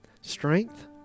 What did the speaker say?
strength